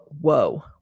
whoa